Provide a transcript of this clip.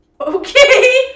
Okay